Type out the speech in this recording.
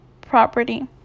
property